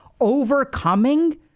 overcoming